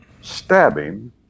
stabbing